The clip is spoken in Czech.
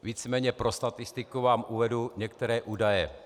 Nicméně pro statistiku vám uvedu některé údaje.